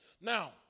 Now